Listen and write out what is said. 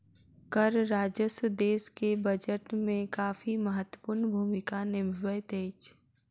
कर राजस्व देश के बजट में काफी महत्वपूर्ण भूमिका निभबैत अछि